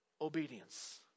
obedience